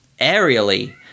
aerially